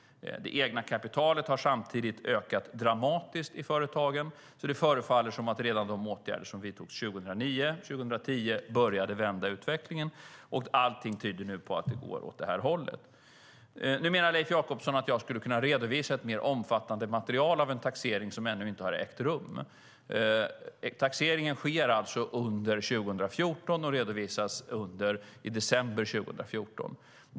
Det egna kapitalet i företagen har samtidigt ökat dramatiskt. Det förefaller som om redan de åtgärder som vidtogs 2009 och 2010 började vända utvecklingen, och allt tyder nu på att det går åt det här hållet. Nu menar Leif Jakobsson att jag skulle kunna redovisa ett mer omfattande material genom en taxering som ännu inte har ägt rum. Taxeringen sker under 2014 och redovisas i december 2014.